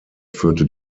führte